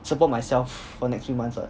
support myself for the next few months ah